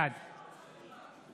בעד